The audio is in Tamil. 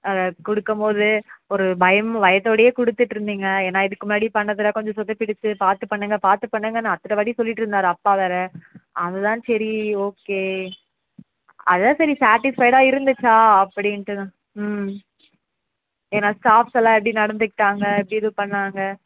அத கொடுக்கம் போது ஒரு பயம் பயத்தோடேயே கொடுத்துட்டு இருந்தீங்க ஏன்னால் இதுக்கு முன்னாடி பண்ணதெலாம் கொஞ்சம் சொதப்பிடுச்சு பார்த்து பண்ணுங்க பார்த்து பண்ணுங்கன்னு அத்தனை வாட்டி சொல்லிகிட்டு இருந்தார் அப்பா வேறு அதுதான் சரி ஓகே அதுதான் சரி சாட்டிஸ்ஃபைடாக இருந்துச்சா அப்படின்ட்டு தான் ம் ஏன்னால் ஸ்டாஃப்ஸ் எல்லாம் எப்படி நடந்துக்கிட்டாங்க எப்படி இது பண்ணாங்க